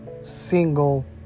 single